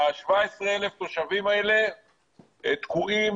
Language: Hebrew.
ה-17,000 תושבים האלה תקועים